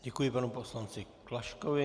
Děkuji panu poslanci Klaškovi.